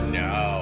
no